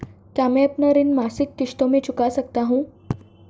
क्या मैं अपना ऋण मासिक किश्तों में चुका सकता हूँ?